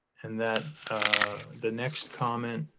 and that the next comment